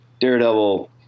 Daredevil